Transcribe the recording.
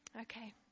Okay